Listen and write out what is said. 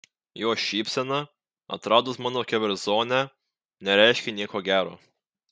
jo šypsena atradus mano keverzonę nereiškė nieko gero